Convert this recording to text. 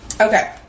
okay